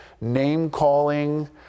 name-calling